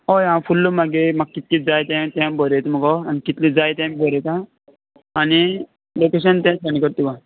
हय हांव फुल्ल मागेर म्हाका कितें कितें जाय ते बरयता मगो आनी कितलें जाय तें बरयता आनी लोकेशन तेवूय सेंड करता तुका